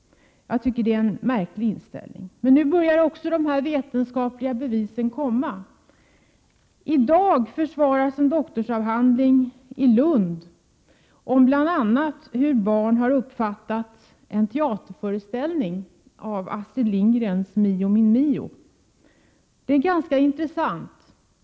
Jag tycker att det är en märklig inställning. Men nu börjar också de vetenskapliga bevisen komma. I dag försvaras i Lund en doktorsavhandling bl.a. om hur barn upplevt en teaterföreställning av Astrid Lindgrens Mio, min Mio. Undersökningen är ganska intressant.